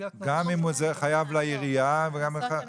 אם הוא חייב לעירייה.